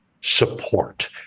support